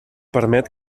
permet